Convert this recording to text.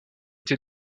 été